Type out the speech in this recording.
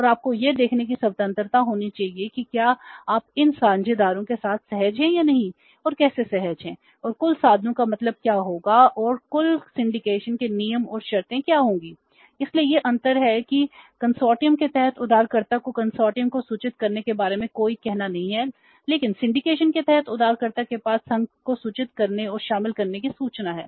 और आपको यह देखने की स्वतंत्रता होनी चाहिए कि क्या आप इन साझेदारों के साथ सहज हैं या नहीं और कैसे सहज हैं और कुल साधनों का मतलब क्या होगा और कुल सिंडिकेशन के तहत उधारकर्ता के पास संघ को सूचित करने और शामिल करने की सूचना है